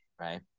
right